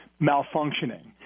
malfunctioning